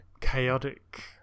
chaotic